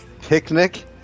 Picnic